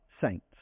saints